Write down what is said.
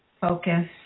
focus